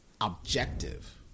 objective